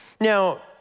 Now